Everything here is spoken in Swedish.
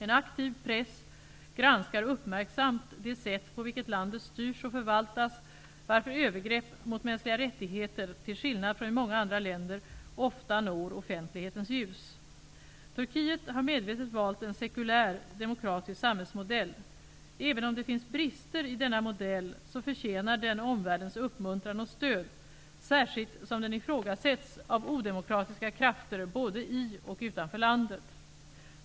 En aktiv press granskar uppmärksamt det sätt på vilket landet styrs och förvaltas, varför övergrepp mot mänskliga rättigheter, till skillnad från i många andra länder, ofta når offentlighetens ljus. Turkiet har medvetet valt en sekulär, demokratisk samhällsmodell. Även om det finns brister i denna modell så förtjänar den omvärldens uppmuntran och stöd, särskilt som den ifrågasätts av odemokratiska krafter både i och utanför landet.